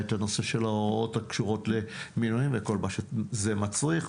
של ההוראות הקשורות למינויים וכל מה שזה מצריך,